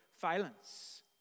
violence